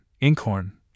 inkhorn